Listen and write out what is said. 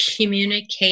communicate